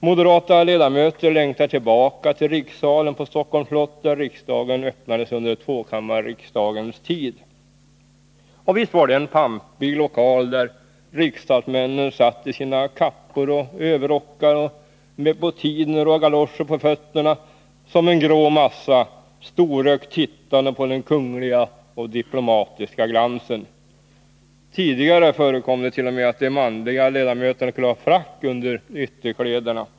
Moderata ledamöter längtar tillbaka till rikssalen på Stockholms slott, där riksdagen öppnades under tvåkammarriksdagens tid. Visst var det en pampig lokal. Där satt riksdagsmännen i sina kappor och överrockar samt med bottiner och galoscher på fötterna som en grå massa, storögt tittande på den kungliga och diplomatiska glansen. Tidigare förekom det t.o.m. att de manliga ledamöterna skulle ha frack under ytterkläderna.